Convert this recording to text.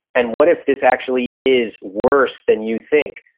and, what if this actually is worse than you think?